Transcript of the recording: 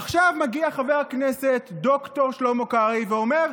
עכשיו מגיע חבר הכנסת ד"ר שלמה קרעי ואומר: